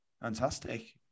Fantastic